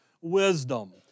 wisdom